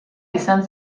izan